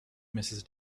mrs